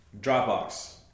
Dropbox